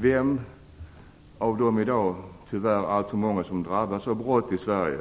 Vem av de i dag alltför många som drabbas av brott i Sverige